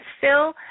Phil